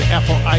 Apple